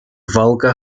volga